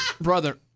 brother